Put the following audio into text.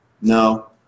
No